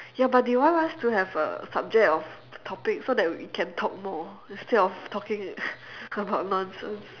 ya but they want us to have a subject of topic so that we can talk more instead of talking about nonsense